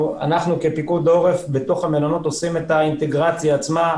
פיקוד העורף עושה את האינטגרציה בתוך המלונות,